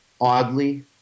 Oddly